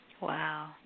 Wow